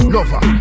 Lover